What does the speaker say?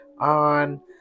on